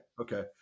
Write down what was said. Okay